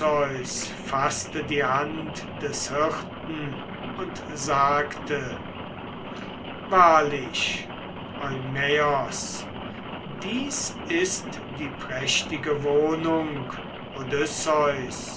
faßte die hand des hirten und sagte wahrlich eumaios dies ist die prächtige wohnung